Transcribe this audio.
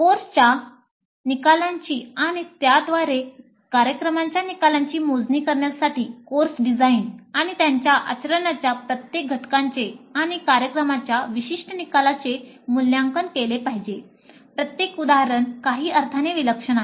कोर्सच्या निकालांची आणि त्याद्वारे कार्यक्रमाच्या निकालांची मोजणी करण्यासाठी कोर्स डिझाइन आणि त्याच्या आचरणाच्या प्रत्येक घटकाचे आणि कार्यक्रमाच्या विशिष्ट निकालाचे मूल्यांकन केले पाहिजे प्रत्येक उदाहरण काही अर्थाने विलक्षण आहे